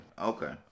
okay